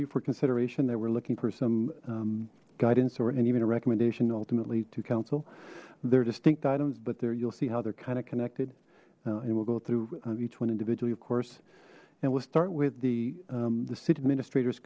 you for consideration they were looking for some guidance or and even a recommendation ultimately to council there are distinct items but there you'll see how they're kind of connected and we'll go through each one individually of course and we'll start with the the city administr